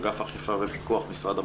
אגב אכיפה ופיקוח במשרד הבריאות.